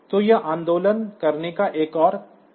तो यह आंदोलन करने का एक और तरीका है